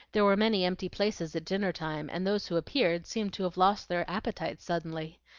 there were many empty places at dinner-time, and those who appeared seemed to have lost their appetites suddenly.